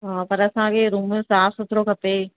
हा पर असांखे रूम साफ़ सूथरो खपे